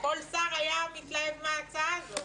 כל שר היה מתלהב מההצעה הזאת.